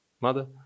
Mother